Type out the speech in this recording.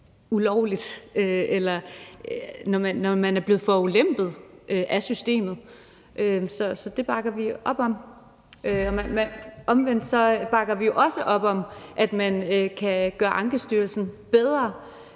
ulovligt, eller når man er blevet forulempet af systemet. Så det bakker vi op om. Omvendt bakker vi jo også op om, at man kan gøre Ankestyrelsen bedre,